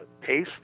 pace